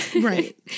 Right